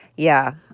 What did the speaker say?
yeah.